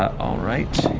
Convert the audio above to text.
all right.